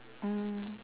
mm